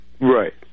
right